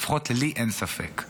לפחות לי אין ספק.